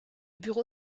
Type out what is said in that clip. bureau